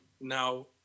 now